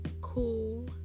cool